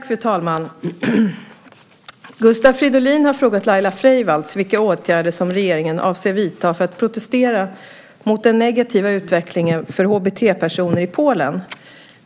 Fru talman! Gustav Fridolin har frågat Laila Freivalds vilka åtgärder som regeringen avser att vidta för att protestera mot den negativa utvecklingen för HBT-personer i Polen.